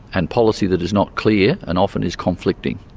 and policy that is not clear and often is conflicting,